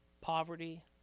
poverty